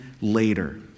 later